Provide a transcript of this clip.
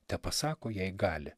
tepasako jei gali